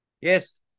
Yes